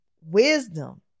wisdom